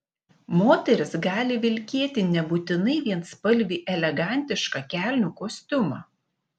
moteris gali vilkėti nebūtinai vienspalvį elegantišką kelnių kostiumą